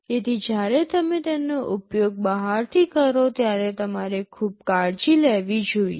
તેથી જ્યારે તમે તેનો ઉપયોગ બહારથી કરો ત્યારે તમારે ખૂબ કાળજી લેવી જોઈએ